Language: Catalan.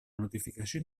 notificació